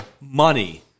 money